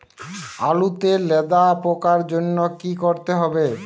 আলুতে লেদা পোকার জন্য কি করতে হবে?